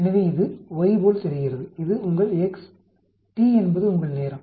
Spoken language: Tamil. எனவே இது y போல் தெரிகிறது இது உங்கள் x t என்பது உங்கள் நேரம்